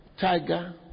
tiger